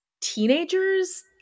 teenagers –